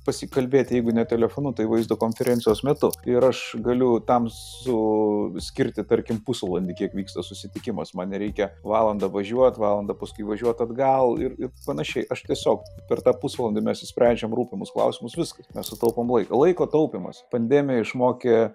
pasikalbėti jeigu ne telefonu tai vaizdo konferencijos metu ir aš galiu tam s u skirti tarkim pusvalandį kiek vyksta susitikimas man nereikia valandą važiuot valandą paskui važiuot atgal ir ir panašiai aš tiesiog per tą pusvalandį mes išsprendžiam rūpimus klausimus viskas mes sutaupom laiko laiko taupymas pandemija išmokė